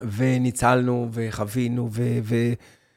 וניצלנו, וחווינו, ו...